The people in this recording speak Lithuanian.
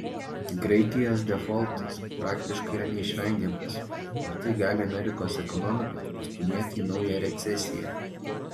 graikijos defoltas praktiškai yra neišvengiamas ir tai gali amerikos ekonomiką pastūmėti į naują recesiją